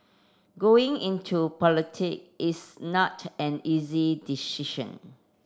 going into politic is not an easy decision